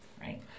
Right